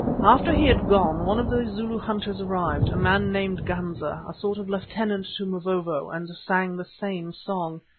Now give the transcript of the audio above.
after he had gone one of the zulu hunters arrived, a man named ganza, a sort of lieutenant to mavovo, and sang the same song.